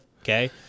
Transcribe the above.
Okay